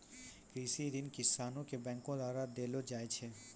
कृषि ऋण किसानो के बैंक द्वारा देलो जाय छै